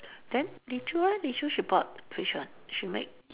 then Li Choo eh Li Choo she bought which one she make